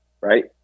right